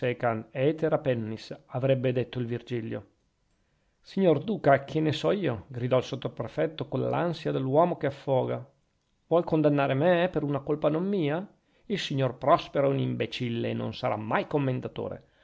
aethera pennis avrebbe detto virgilio signor duca che ne so io gridò il sottoprefetto coll'ansia dell'uomo che affoga vuole condannar me per una colpa non mia il signor prospero è un imbecille e non sarà mai commendatore